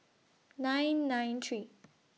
nine nine three